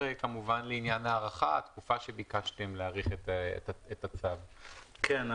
כן.